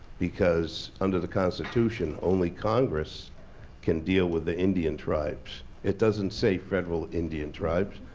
because under the constitution only congress can deal with the indian tribes. it doesn't say federal indian tribes,